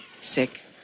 sick